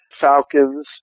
falcons